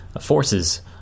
forces